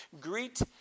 Greet